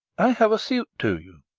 i have a suit to you.